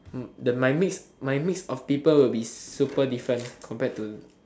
the my mix my mix of people will be super different compared to